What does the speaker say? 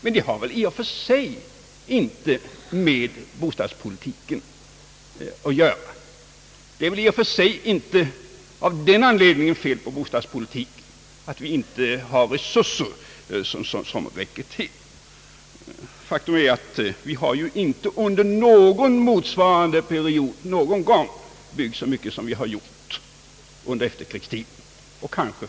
Men detta har väl inte i och för sig med bostadspolitiken att göra — att vi inte har tillräckliga resurser ger ju inte anledning att säga att det är fel på bostadspolitiken. Faktum är att vi inte någonsin tidigare byggt lika mycket som under efterkrigstiden.